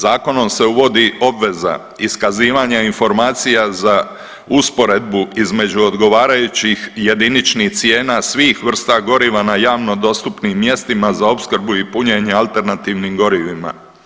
Zakonom se uvodi obveza iskazivanja informacija za usporedbu između odgovarajućih jediničnih cijena svih vrsta goriva na javno dostupnim mjestima za opskrbu i punjenje alternativnim gorivima.